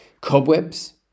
cobwebs